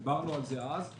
דיברנו על זה אז.